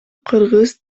кыргыз